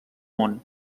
món